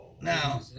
Now